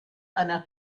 einer